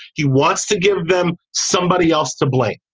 he wants to give them somebody else to blame.